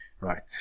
right